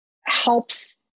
helps